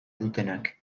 dutenak